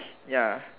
ya